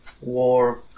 War